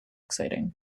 exciting